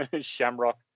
Shamrock